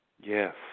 Yes